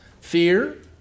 Fear